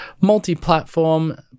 multi-platform